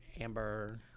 Amber